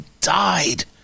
died